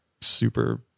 super